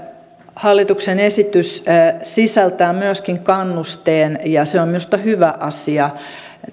hallituksen esitys sisältää myöskin kannusteen ja se on minusta hyvä asia